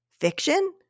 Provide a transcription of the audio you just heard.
fiction